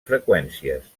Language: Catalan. freqüències